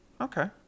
Okay